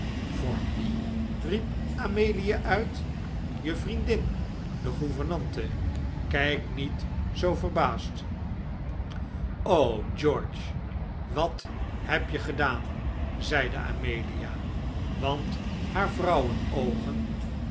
voor wie riep amelia uit je vriendin de gouvernante kijk niet zoo verbaasd o george wat heb je gedaan zeide amelia want haar